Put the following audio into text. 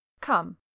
Come